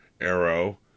Arrow